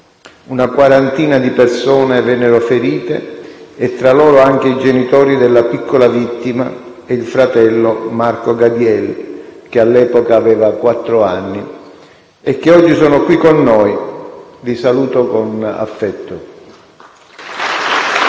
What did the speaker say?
Una quarantina di persone vennero ferite e fra loro anche i genitori della piccola vittima e il fratello Marco Gadiel, che all'epoca aveva quattro anni, che oggi sono qui con noi. Li saluto con affetto.